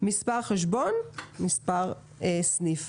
מספר חשבון ומספר סניף.